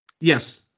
Yes